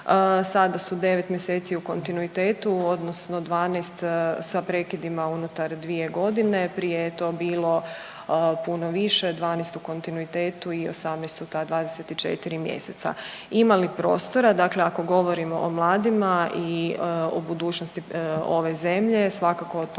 Sada su 9 mjeseci u kontinuitetu odnosno 12 sa prekidima unutar 2 godine. Prije je to bilo puno više 12 u kontinuitetu i 18 u ta 24 mjeseca. Ima li prostora, dakle ako govorimo o mladima i o budućnosti ove zemlje svakako o tome